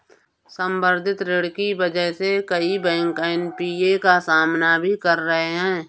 संवर्धित ऋण की वजह से कई बैंक एन.पी.ए का सामना भी कर रहे हैं